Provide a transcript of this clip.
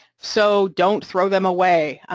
so don't throw them away,